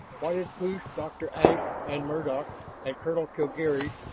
what had pushed dr. ashe and murdock and colonel kelgarries,